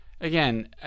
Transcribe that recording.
again